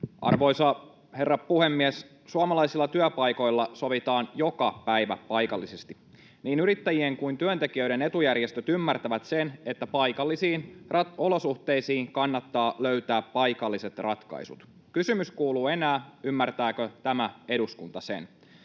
Arvoisa herra puhemies! Suomalaisilla työpaikoilla sovitaan joka päivä paikallisesti. Niin yrittäjien kuin työntekijöiden etujärjestöt ymmärtävät sen, että paikallisiin olosuhteisiin kannattaa löytää paikalliset ratkaisut. Kysymys kuuluu enää, ymmärtääkö tämä eduskunta sen.